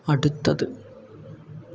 അടുത്തത്